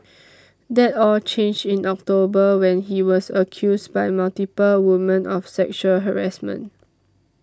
that all changed in October when he was accused by multiple women of sexual harassment